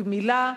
גמילה,